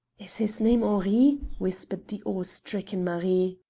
is his name henri? whispered the awe-stricken marie.